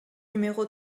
numéro